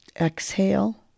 exhale